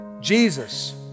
Jesus